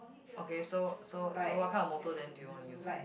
okay so so so what kind of motto then do you want to use